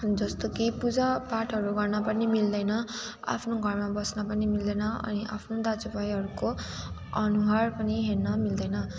जस्तो कि पूजापाठहरू गर्न पनि मिल्दैन आफ्नो घरमा बस्न पनि मिल्दैन अनि आफ्नो दाजु भाइहरूको अनुहार पनि हेर्न मिल्दैन